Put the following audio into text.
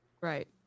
Right